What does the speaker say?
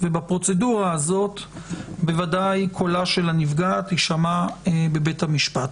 בפרוצדורה הזאת בוודאי קולה של הנפגעת יישמע בבית המשפט.